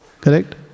Correct